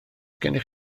gennych